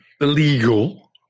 illegal